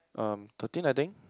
um thirteen I think